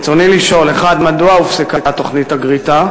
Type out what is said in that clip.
רצוני לשאול: 1. מדוע הופסקה תוכנית הגריטה?